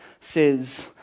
says